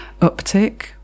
uptick